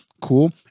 Cool